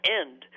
end